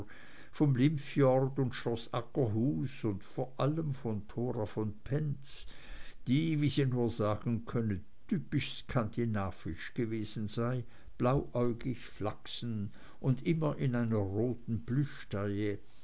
vom limfjord und schloß aggerhuus und vor allem von thora von penz die wie sie nur sagen könne typisch skandinavisch gewesen sei blauäugig flachsen und immer in einer roten